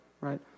right